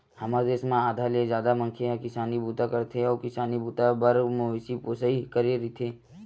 हमर देस म आधा ले जादा मनखे ह किसानी बूता करथे अउ किसानी बूता बर मवेशी पोसई करे रहिथे